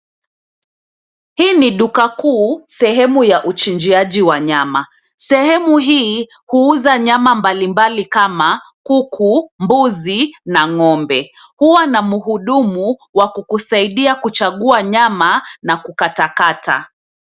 Hii ni duka kuu, sehemu ya uchinjiaji wa nyama. Sehemu hii, huuza nyama mbalimbali kama, kuku, mbuzi na ngombe. Huwa na mhudumu wa kukusaidia kuchagua nyama, na kukatakata.